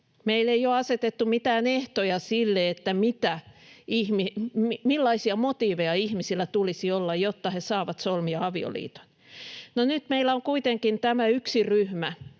Meillä ei ole asetettu mitään ehtoja sille, millaisia motiiveja ihmisillä tulisi olla, jotta he saavat solmia avioliiton. Nyt meillä on kuitenkin tämä yksi ryhmä,